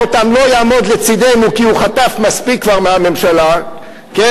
שזאת היתה ממשלה ששחרה